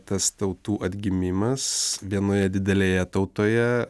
tas tautų atgimimas vienoje didelėje tautoje